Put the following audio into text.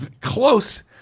close